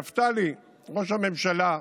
נפתלי, ראש הממשלה,